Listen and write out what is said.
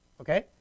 okay